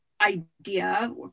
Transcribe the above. idea